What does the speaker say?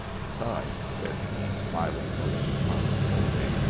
besides, says he, smiling most condescending,